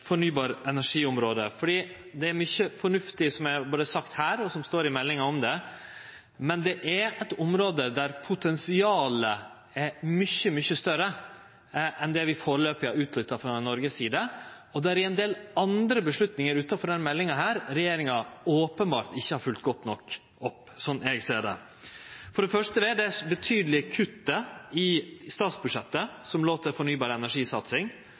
det er mykje fornuftig som er sagt her, og som det står om i meldinga. Men dette er eit område der potensialet er mykje, mykje større enn det vi førebels har utnytta frå Noreg si side, og det er ein del andre avgjerder, utanfor denne meldinga, som regjeringa openbert ikkje har følgt godt nok opp – slik eg ser det. For det første er det det betydelege kuttet i statsbudsjettet med omsyn til fornybar-energi-satsing, som